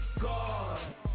God